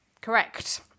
Correct